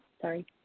sorry